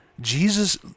Jesus